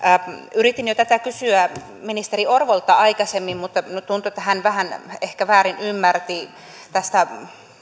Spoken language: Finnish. yritin jo tätä kysyä ministeri orvolta aikaisemmin mutta tuntui että hän vähän ehkä väärin ymmärsi tästä